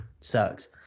sucks